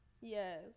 yes